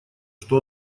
что